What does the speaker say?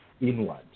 inward